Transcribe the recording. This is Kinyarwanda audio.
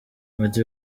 ati